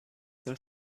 there